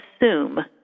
assume